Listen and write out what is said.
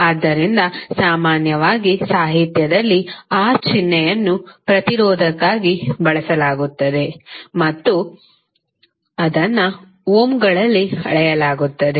ಆದ್ದರಿಂದ ಸಾಮಾನ್ಯವಾಗಿ ಸಾಹಿತ್ಯದಲ್ಲಿR ಚಿಹ್ನೆಯನ್ನು ಪ್ರತಿರೋಧಕ್ಕಾಗಿ ಬಳಸಲಾಗುತ್ತದೆ ಮತ್ತು ಅದನ್ನು ಓಮ್ಗಳಲ್ಲಿ ಅಳೆಯಲಾಗುತ್ತದೆ